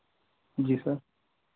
जी sir